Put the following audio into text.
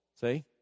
See